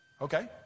Okay